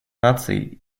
наций